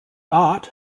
art